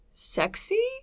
Sexy